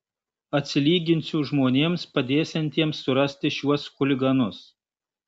atsilyginsiu žmonėms padėsiantiems surasti šiuos chuliganus